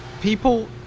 people